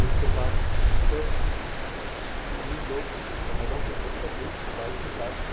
इसके साथ फिर हम लोग पहाड़ों के ट्रिप पर भी बाइक के साथ